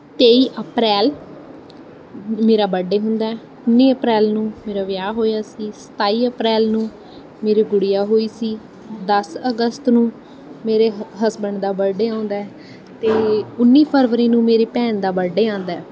ਤੇਈ ਅਪ੍ਰੈਲ ਮੇਰਾ ਬਰਡੇ ਹੁੰਦਾ ਉੱਨੀ ਅਪ੍ਰੈਲ ਨੂੰ ਮੇਰਾ ਵਿਆਹ ਹੋਇਆ ਸੀ ਸਤਾਈ ਅਪ੍ਰੈਲ ਨੂੰ ਮੇਰੇ ਗੁੜੀਆ ਹੋਈ ਸੀ ਦਸ ਅਗਸਤ ਨੂੰ ਮੇਰੇ ਹ ਹਸਬੈਂਡ ਦਾ ਬਰਡੇ ਆਉਂਦਾ ਅਤੇ ਉੱਨੀ ਫਰਵਰੀ ਨੂੰ ਮੇਰੀ ਭੈਣ ਦਾ ਬਰਡੇ ਆਉਂਦਾ